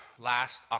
Last